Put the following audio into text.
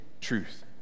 truth